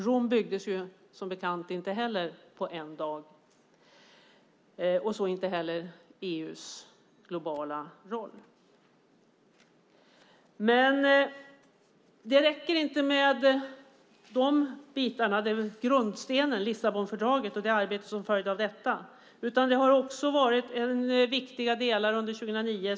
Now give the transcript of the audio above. Rom byggdes som bekant inte på en dag, så inte heller EU:s globala roll. Lissabonfördraget och det arbete som följde av det är grundstenen, men det räcker inte med det. Det fanns andra viktiga delar under 2009.